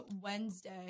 Wednesday